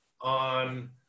on